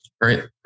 Great